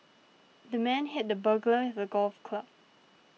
the man hit the burglar with a golf club